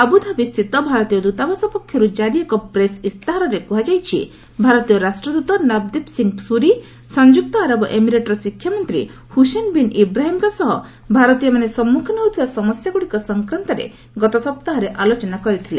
ଆବୁଧାବିସ୍ଥିତ ଭାରତୀୟ ଦ୍ୱତାବାସ ପକ୍ଷରୁ ଜାରି ଏକ ପ୍ରେସ୍ ଇସ୍ତାହାରରେ କୁହାଯାଇଛି ଭାରତୀୟ ରାଷ୍ଟ୍ରଦୃତ ନବଦୀପ୍ ସିଂ ସୁରୀ ସଂଯୁକ୍ତ ଆରବ ଏମିରେଟ୍ର ଶିକ୍ଷାମନ୍ତ୍ରୀ ହୁସେନ ବିନ୍ ଇବ୍ରାହିମ୍ଙ୍କ ସହ ଭାରତୀୟମାନେ ସମ୍ମୁଖୀନ ହେଉଥିବା ସମସ୍ୟାଗୁଡ଼ିକ ସଂକ୍ରାନ୍ତରେ ଗତ ସପ୍ତାହରେ ଆଲୋଚନା କରିଥିଲେ